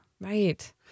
Right